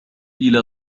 إلى